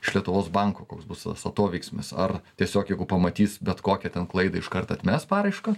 iš lietuvos banko koks bus tas atoveiksmis ar tiesiog jeigu pamatys bet kokią ten klaidą iškart atmes paraišką